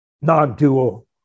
non-dual